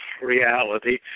reality